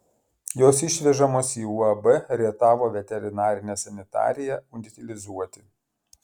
jos išvežamos į uab rietavo veterinarinę sanitariją utilizuoti